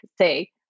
say